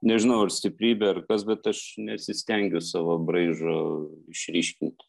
nežinau ar stiprybė ar kas bet aš nesistengiu savo braižo išryškint